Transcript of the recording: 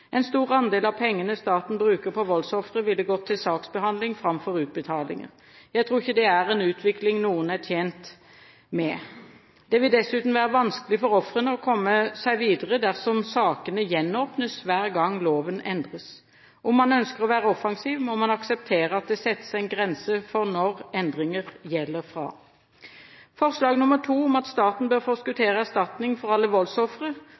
En stor andel av pengene staten bruker på voldsofre, ville gått til saksbehandling framfor utbetalinger. Jeg tror ikke det er en utvikling noen er tjent med. Det vil dessuten være vanskelig for ofrene å komme seg videre, dersom sakene gjenåpnes hver gang loven endres. Dersom man ønsker å være offensiv, må man akseptere at det settes en grense for når endringer gjelder fra. Forslag nr. 2, om at staten bør forskuttere erstatning for alle voldsofre,